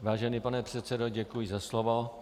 Vážený pane předsedo, děkuji za slovo.